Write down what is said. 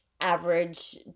average